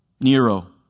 Nero